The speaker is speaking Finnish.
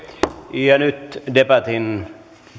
jotain nyt debatin